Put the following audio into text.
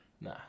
Nah